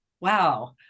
Wow